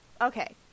okay